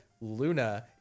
Luna